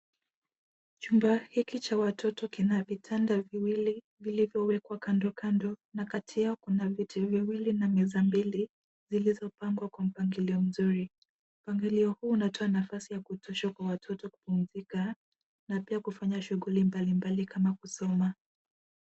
Chumba hiki cha watoto kina vitanda viwili vilivyowekwa kando kando, na kati yao kuna viti viwili na meza mbili zilizopangwa kwa mpangilio mzuri. Mpangilio huu unatoa nafasi ya kutosha kwa watoto kupumzika na pia kufanya shughuli mbalimbali kama kusoma.